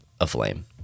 aflame